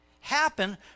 happen